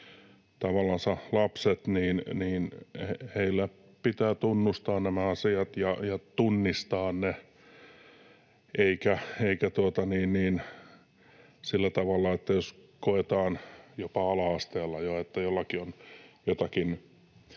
lapsilla pitää tunnustaa nämä asiat ja tunnistaa ne, sillä tavalla, että jos koetaan jopa ala-asteella jo, että jollakin on jotakin